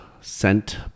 sent